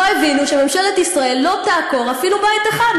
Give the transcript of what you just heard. הבינו שממשלת ישראל לא תעקור אפילו בית אחד,